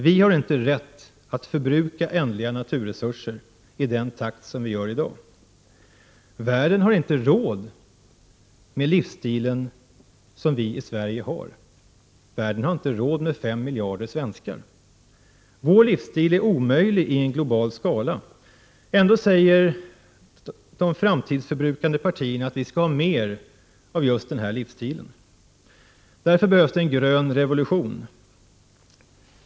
Vi har inte rätt att förbruka ändliga naturresurser i den takt vi gör i dag. Världen har inte råd med 5 miljarder svenskar. Vår livsstil är omöjlig i en global skala. Ändå säger de framtidsförbrukande partierna att vi skall ha mer av just denna livsstil! Därför behövs det en grön revolution.